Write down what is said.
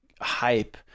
hype